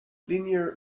linear